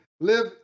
live